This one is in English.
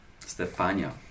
Stefania